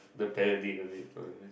the parody of it